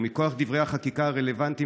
ומכוח דברי החקיקה הרלוונטיים,